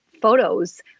photos